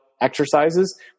exercises